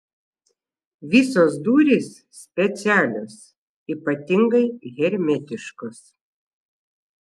visos durys specialios ypatingai hermetiškos